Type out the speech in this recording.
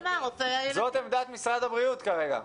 זאת עמדת משרד הבריאות כרגע.